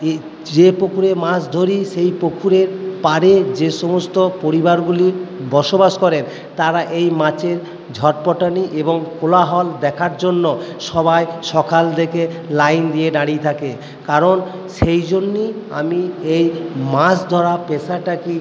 এ যে পুকুরে মাছ ধরি সেই পুকুরের পাড়ে যে সমস্ত পরিবারগুলি বসবাস করেন তারা এই মাছের ঝটপটানি এবং কোলাহল দেখার জন্য সবাই সকাল থেকে লাইন দিয়ে দাঁড়িয়ে থাকে কারণ সেই জন্যেই আমি এই মাছ ধরা পেশাটাকেই